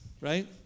right